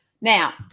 Now